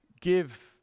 give